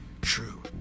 true